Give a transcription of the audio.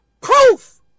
Proof